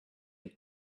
and